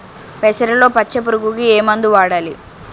పెసరలో పచ్చ పురుగుకి ఏ మందు వాడాలి?